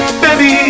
baby